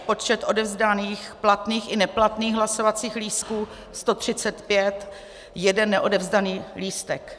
Počet odevzdaných platných i neplatných hlasovacích lístků 135, jeden neodevzdaný lístek.